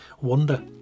wonder